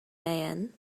mayen